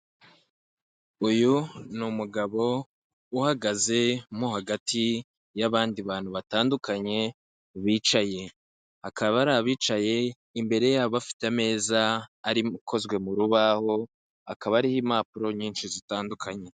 Uyu ni umugabo uhagaze mo hagati y'abandi bantu batandukanye bicaye. Akaba ari abicaye imbere yabo bafite ameza arimo ukozwe mu rubaho akaba ariho impapuro nyinshi zitandukanye.